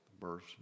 verse